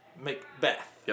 Macbeth